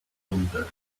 windows